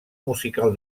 musical